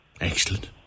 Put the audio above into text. excellent